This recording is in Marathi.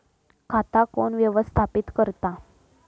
खाता कोण व्यवस्थापित करता?